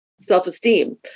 self-esteem